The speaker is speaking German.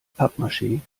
pappmaschee